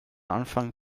anfang